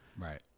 Right